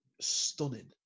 stunning